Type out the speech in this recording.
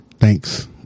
Thanks